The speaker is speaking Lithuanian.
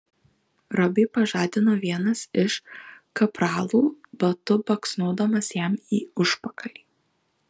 robį pažadino vienas iš kapralų batu baksnodamas jam į užpakalį